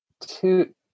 two